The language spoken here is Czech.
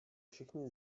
všechny